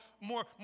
more